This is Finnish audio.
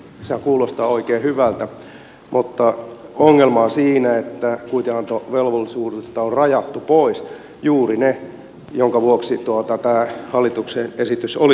sehän kuulostaa oikein hyvältä mutta ongelma on siinä että kuitinantovelvollisuudesta on rajattu pois juuri ne joiden vuoksi tämä hallituksen esitys olisi tarpeellinen